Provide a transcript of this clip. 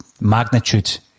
magnitude